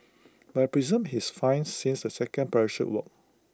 but I presume he is fine since the second parachute worked